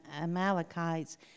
Amalekites